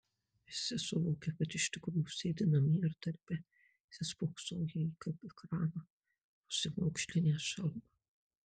visi suvokia kad iš tikrųjų sėdi namie ar darbe įsispoksoję į ekraną ar užsimaukšlinę šalmą